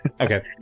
Okay